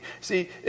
See